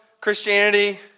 Christianity